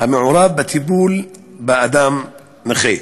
המעורב בטיפול באדם הנכה.